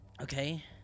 Okay